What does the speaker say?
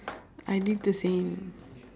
I did the same